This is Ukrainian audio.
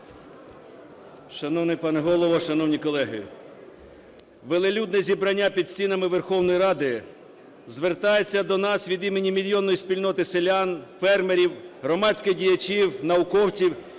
Шановний пане Голово! Шановні колеги! Велелюдне зібрання під стінами Верховної Ради звертається до нас від імені мільйонної спільноти селян, фермерів, громадських діячів, науковців,